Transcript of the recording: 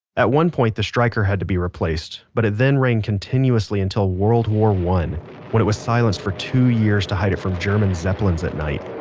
at one point the striker had to be replaced, but it then rang continuously until world war one when it was silenced for two years to hide it from german zeppelins at night